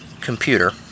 computer